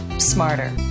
Smarter